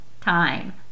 time